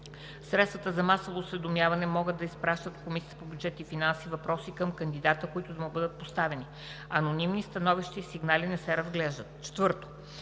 Средствата за масово осведомяване могат да изпращат в Комисията по бюджет и финанси въпроси към кандидата, които да му бъдат поставени. Анонимни становища и сигнали не се разглеждат. 4.